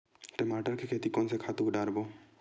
टमाटर के खेती कोन से खातु डारबो?